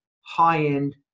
high-end